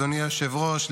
אדוני היושב-ראש,